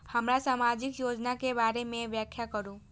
हमरा सामाजिक योजना के बारे में व्याख्या करु?